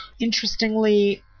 Interestingly